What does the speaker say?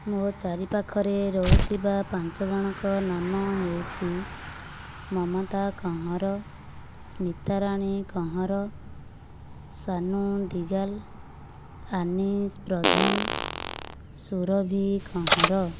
ମୋ ଚାରିପାଖରେ ରହୁଥିବା ପାଞ୍ଚ ଜଣ ଙ୍କ ନାମ ହେଉଛି ମମତା କହଁର ସ୍ମିତାରଣୀ କହଁର ସାନୁ ଦିଗାଲ ଆନିସ ପ୍ରଧାନ ସୁରଭୀ କହଁର